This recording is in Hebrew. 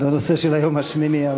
הנושא של היום השמיני,